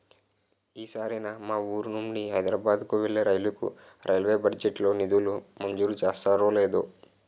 ఈ సారైనా మా వూరు నుండి హైదరబాద్ కు వెళ్ళే రైలుకు రైల్వే బడ్జెట్ లో నిధులు మంజూరు చేస్తారో లేదో